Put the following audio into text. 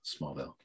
Smallville